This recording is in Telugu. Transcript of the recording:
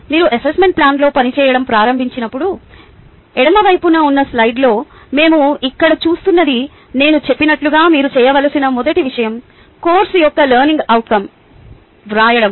మీరు అసెస్మెంట్ ప్లాన్లో పనిచేయడం ప్రారంభించినప్పుడు ఎడమ వైపున ఉన్న స్లైడ్లో మేము ఇక్కడ చూస్తున్నది నేను చెప్పినట్లుగా మీరు చేయవలసిన మొదటి విషయం కోర్సు యొక్క లెర్నింగ్ అవుట్కం వ్రాయడం